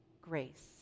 grace